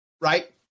right